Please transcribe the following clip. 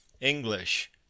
English